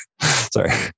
Sorry